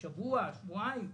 שבוע, שבועיים?